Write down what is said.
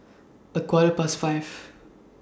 A Quarter Past five